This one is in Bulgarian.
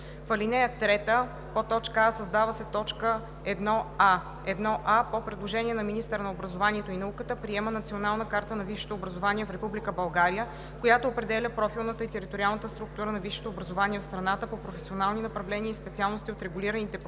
В ал. 3: а) създава се т. 1а: „1а. по предложение на министъра на образованието и науката приема Национална карта на висшето образование в Република България, която определя профилната и териториалната структура на висшето образование в страната по професионални направления и специалности от регулираните професии